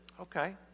Okay